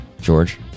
George